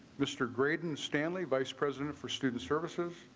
mr. graydon stanley vice president for student services.